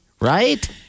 right